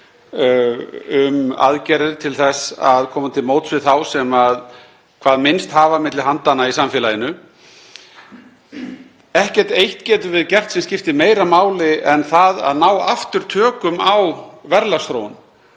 um aðgerðir til þess að koma til móts við þá sem hvað minnst hafa milli handanna í samfélaginu. Ekkert eitt getum við gert sem skiptir meira máli en það að ná aftur tökum á verðlagsþróun